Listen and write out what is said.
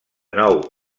nou